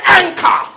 anchor